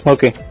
Okay